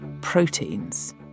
proteins